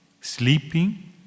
sleeping